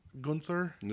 Gunther